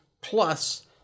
plus